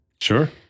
Sure